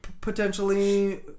potentially